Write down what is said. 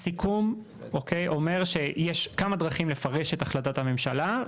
הסיכום אומר שיש כמה דרכים לפרש את החלטת הממשלה.